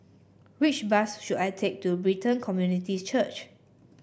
which bus should I take to Brighton Community Church